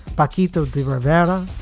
paquito d'rivera,